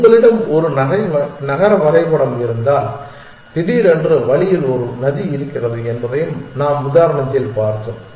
உங்களிடம் ஒரு நகர வரைபடம் இருந்தால் திடீரென்று வழியில் ஒரு நதி இருக்கிறது என்பதையும் நாம் உதாரணத்தில் பார்த்தோம்